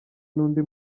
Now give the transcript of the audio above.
n’undi